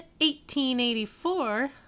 1884